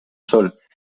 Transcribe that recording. sol